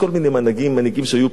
מנהיגים שהיו פה לפני שנתיים,